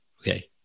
Okay